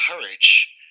courage